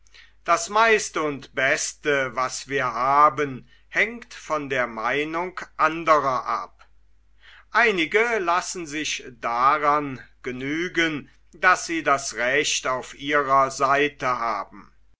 das meiste und beste was wir haben hängt von der meinung andrer ab einige lassen sich daran genügen daß sie das recht auf ihrer seite haben